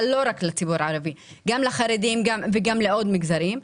אבל לא רק לציבור הערבי אלא גם לחרדים וגם לעוד מגזרים,